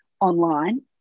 online